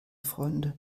freunde